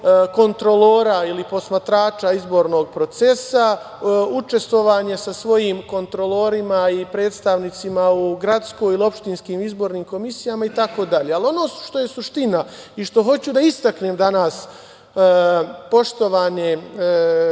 kontrolora ili posmatrača izbornog procesa, učestvovanje sa svojim kontrolorima i predstavnicima u gradskoj ili opštinskim izbornim komisijama, itd. Ono što je suština i što hoću da istaknem danas, poštovane